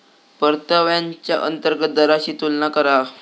परताव्याच्या अंतर्गत दराशी तुलना करा